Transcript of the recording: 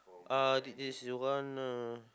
uh it is you want uh